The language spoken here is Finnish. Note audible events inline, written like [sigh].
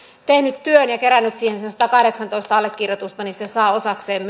tehnyt työn ja kerännyt siihen sen satakahdeksantoista allekirjoitusta niin se saa osakseen [unintelligible]